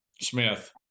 Smith